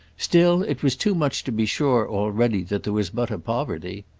still, it was too much to be sure already that there was but a poverty.